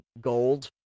gold